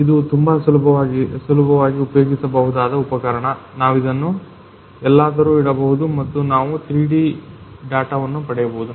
ಇದು ತುಂಬಾ ಸುಲಭವಾಗಿ ಉಪಯೋಗಿಸಬಹುದಾದ ಉಪಕರಣ ನಾವಿದನ್ನು ಎಲ್ಲಾದರೂ ಇಡಬಹುದು ಮತ್ತು ನಾವು 3D ಡಾಟಾವನ್ನು ಪಡೆಯಬಹುದು